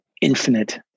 infinite